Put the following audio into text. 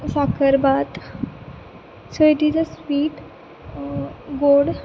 sakharbhat so it is a sweet गोड